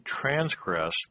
transgress